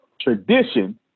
tradition